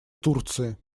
турции